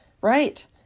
right